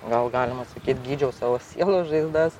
gal galima sakyt gydžiau savo sielos žaizdas